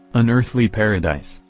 an earthly paradise,